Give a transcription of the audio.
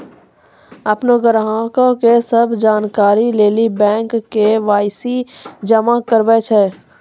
अपनो ग्राहको के सभ जानकारी लेली बैंक के.वाई.सी जमा कराबै छै